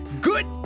good